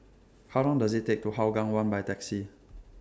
How Long Does IT Take to get to Hougang one By Taxi